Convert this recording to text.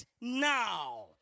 now